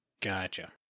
Gotcha